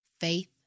Faith